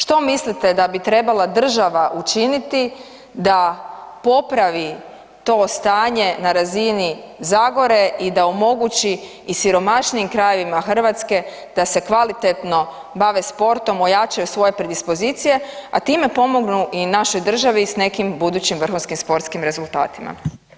Što mislite da bi trebala država učiniti da popravi to stanje na razini zagore i da omogući i siromašnijim krajevima Hrvatske da se kvalitetno bave sportom, ojačaju svoje predispozicije a time pomognu i našoj državi s nekim budućim vrhunskim sportskim rezultatima?